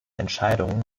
entscheidungen